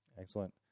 Excellent